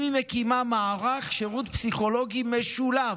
אם היא מקימה מערך שירות פסיכולוגי משולב,